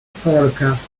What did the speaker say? forecast